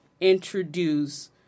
introduce